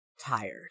tired